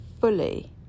fully